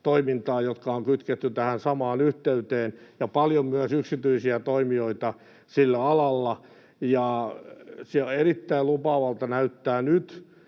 jotka on kytketty tähän samaan yhteyteen, ja paljon myös yksityisiä toimijoita sillä alalla. Erittäin lupaavalta näyttää nyt,